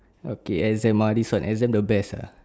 okay exam mah this one exam the best ah